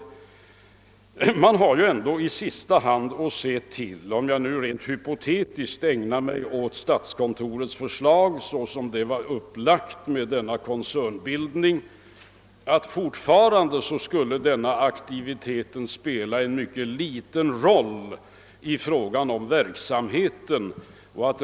I sista hand har man ändå — om jag rent hypotetiskt ägnar mig åt statskontorets förslag såsom det var upplagt med denna koncernbildning — att se till att en sådan aktivitet fortfarande skulle spela en mycket liten roll i fråga om verksamheten.